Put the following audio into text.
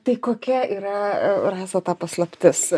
tai kokia yra rasa ta paslaptis